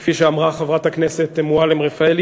וכפי שאמרה חברת הכנסת מועלם-רפאלי,